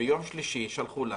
ביום שלישי שלחו לנו: